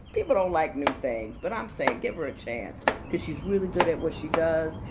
people don't like new things, but i'm saying give her a chance cause she's really good at what she does.